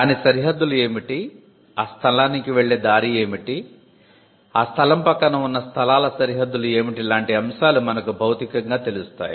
దాని సరిహద్దులు ఏమిటి ఆ స్థలానికి వెళ్ళే దారి ఏమిటి ఆ స్థలం పక్కన ఉన్న స్థలాల సరిహద్దులు ఏమిటి లాంటి అంశాలు మనకు భౌతికంగా తెలుస్తాయి